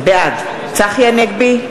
בעד צחי הנגבי,